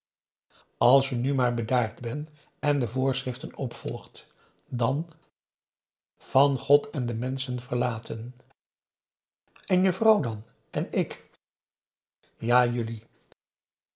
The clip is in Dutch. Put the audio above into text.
als je nu maar bedaard bent en de voorschriften opvolgt dan van god en de menschen verlaten en je vrouw dan en ik ja jullie